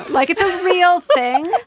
like it's a real thing